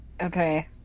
Okay